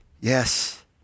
yes